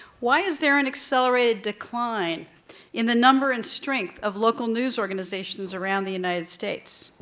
why is there an accelerated decline in the number and strength of local news organizations around the united states?